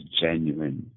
genuine